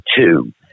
two